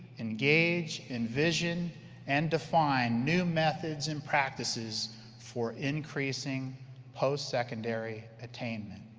engage, envision and define new methods and practices for increasing postsecondary attainment.